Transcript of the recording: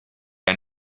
han